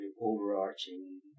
overarching